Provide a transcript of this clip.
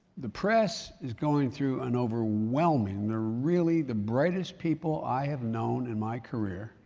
the press is going through an overwhelming they're really the brightest people i have known in my career,